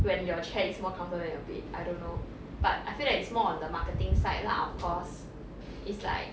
when your chair is more comfortable than your bed I don't know but I feel that it's more on the marketing side lah of course it's like